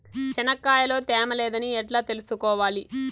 చెనక్కాయ లో తేమ లేదని ఎట్లా తెలుసుకోవాలి?